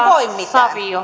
on